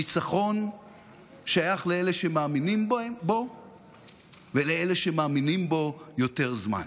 הניצחון שייך לאלה שמאמינים בו ולאלה שמאמינים בו יותר זמן.